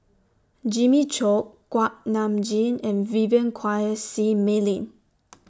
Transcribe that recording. Jimmy Chok Kuak Nam Jin and Vivien Quahe Seah Mei Lin